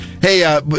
Hey